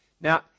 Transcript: Now